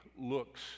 looks